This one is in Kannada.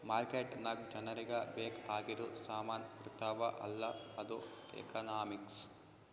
ಮಾರ್ಕೆಟ್ ನಾಗ್ ಜನರಿಗ ಬೇಕ್ ಆಗಿದು ಸಾಮಾನ್ ಇರ್ತಾವ ಅಲ್ಲ ಅದು ಎಕನಾಮಿಕ್ಸ್